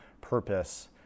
purpose